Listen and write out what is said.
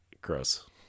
Gross